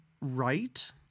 right